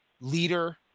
Leader